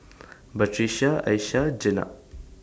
Batrisya Aishah Jenab